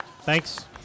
Thanks